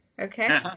okay